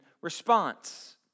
response